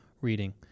reading